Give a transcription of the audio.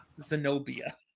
Zenobia